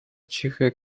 cichy